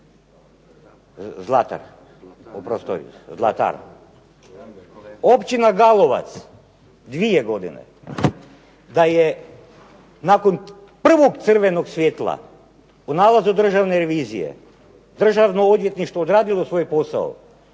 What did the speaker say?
se ne razumije./… Zlatar. Općina Galovac dvije godine. Da je nakon prvog crvenog svjetla u nalazu Državne revizije Državno odvjetništvo odradilo svoj posao